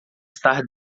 estar